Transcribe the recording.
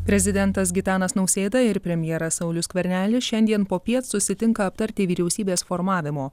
prezidentas gitanas nausėda ir premjeras saulius skvernelis šiandien popiet susitinka aptarti vyriausybės formavimo